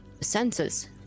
senses